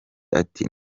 ati